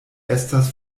estas